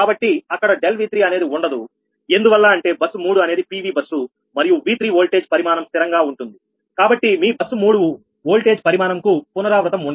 కాబట్టి అక్కడ ∆𝑉3 అనేది ఉండదు ఎందువల్ల అంటే బస్సు 3 అనేది PV బస్సు మరియు V3 వోల్టేజ్ పరిమాణం స్థిరంగా ఉంటుంది కాబట్టి మీ బస్సు 3 వోల్టేజ్ పరిమాణం కు పునరావృతం ఉండదు